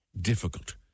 difficult